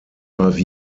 five